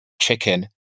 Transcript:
chicken